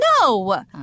No